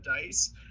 dice